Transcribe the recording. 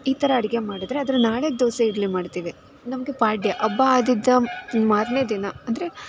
ಈ ಥರ ಅಡುಗೆ ಮಾಡಿದ್ರೆ ಅದರ ನಾಳೆಗೆ ದೋಸೆ ಇಡ್ಲಿ ಮಾಡ್ತೀವಿ ನಮಗೆ ಪಾಡ್ಯ ಹಬ್ಬ ಆಗಿದ್ದ ಮಾರನೇ ದಿನ ಅಂದರೆ